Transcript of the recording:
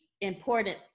important